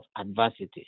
adversity